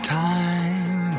time